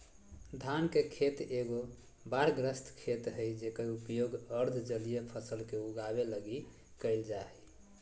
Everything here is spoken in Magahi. धान के खेत एगो बाढ़ग्रस्त खेत हइ जेकर उपयोग अर्ध जलीय फसल के उगाबे लगी कईल जा हइ